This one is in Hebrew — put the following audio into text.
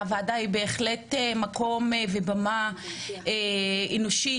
הוועדה היא בהחלט מקום ובמה אנושית,